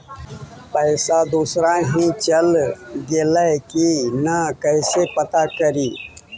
पैसा दुसरा ही चल गेलै की न कैसे पता करि?